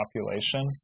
population